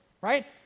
right